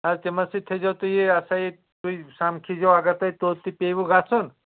آ تِمن سۭتۍ تھٲزیو تُہی یہِ یہِ ہسا یہِ تُہی سمکھِ زیٚو اگر تُۄہہ توٛتۍ تہِ پیوٕ گَژھن